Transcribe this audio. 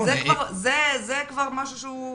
זה כבר משהו שהוא